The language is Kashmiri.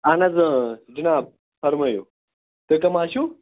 اَہَن حظ جِناب فرمٲیِو تُہۍ کَم حظ چھِو